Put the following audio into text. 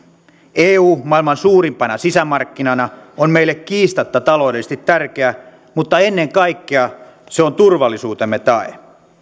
eu maailman suurimpana sisämarkkinana on meille kiistatta taloudellisesti tärkeä mutta ennen kaikkea se on turvallisuutemme tae